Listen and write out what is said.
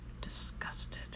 disgusted